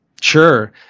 sure